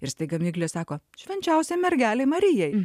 ir staiga miglė sako švenčiausiai mergelei marijai